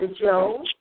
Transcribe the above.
Joe